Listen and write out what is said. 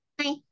hi